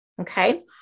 Okay